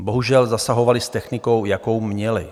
Bohužel zasahovali s technikou, jakou měli.